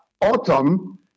autumn